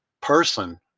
person